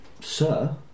Sir